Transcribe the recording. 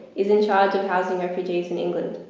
is in charge of housing refugees in england.